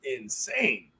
insane